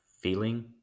feeling